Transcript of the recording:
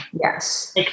Yes